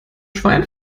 schwein